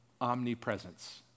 omnipresence